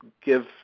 give